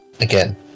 again